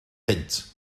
punt